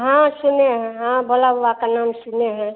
हाँ सुने हैं हाँ भोला बाबा का नाम सुने हैं